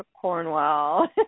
Cornwell